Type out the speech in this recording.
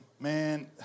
man